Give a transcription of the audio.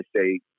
say